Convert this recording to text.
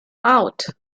out